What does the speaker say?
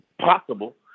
possible